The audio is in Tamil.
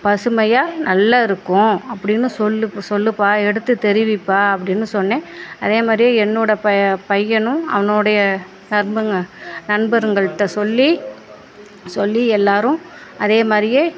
பசுமையாக நல்லா இருக்கும் அப்படினு சொல் சொல்லுப்பா எடுத்து தெரிவிப்பா அப்படினு சொன்னேன் அதே மாதிரியே என்னோட பையன் பையனும் அவனுடைய நண்பங்க நண்பர்கள்கிட்ட சொல்லி சொல்லி எல்லாரும் அதே மாதிரியே